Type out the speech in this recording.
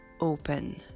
open